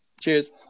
cheers